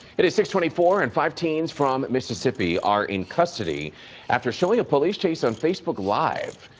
it is six twenty four. and five teens from mississippi are in custody after showing a police chase on facebook live.